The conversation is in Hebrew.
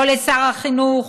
לא לשר החינוך,